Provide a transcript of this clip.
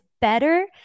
better